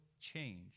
change